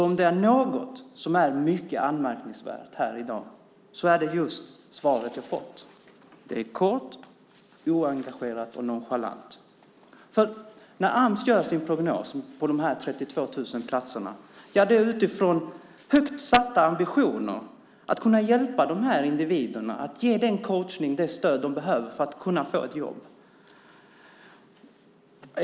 Om det är något som är mycket anmärkningsvärt här i dag är det just svaret jag fått. Det är kort, oengagerat och nonchalant. När Ams gör sin prognos på de här 32 000 platserna är det utifrån högt satta ambitioner att kunna hjälpa de här individerna, att ge den coachning, det stöd de behöver för att kunna få ett jobb.